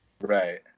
Right